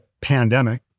pandemic